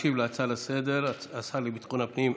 ישיב על הצעה לסדר-היום השר לביטחון הפנים,